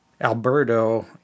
Alberto